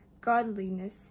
godliness